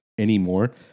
Anymore